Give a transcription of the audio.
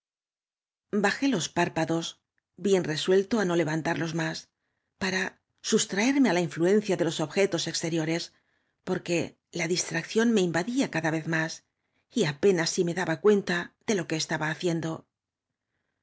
jé los párpados bien resuelto á no levan tarlos más para sustraerme á la influencia de los objetos exteriores porque la distracción me invadía cada vez más y apenas si me daba cuen ta de lo que estaba haciendo